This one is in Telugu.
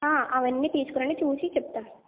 అవన్నీ తీసుకురండి చూసి చెప్తాము